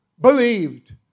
believed